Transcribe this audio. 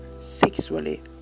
sexually